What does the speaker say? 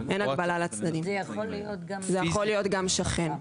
זה יכול להיות גם שכן.